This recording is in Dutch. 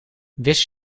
wist